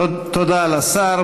תודה לשר.